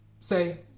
Say